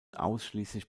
ausschließlich